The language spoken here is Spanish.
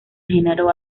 genaro